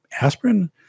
aspirin